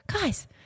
guys –